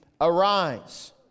arise